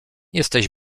jesteś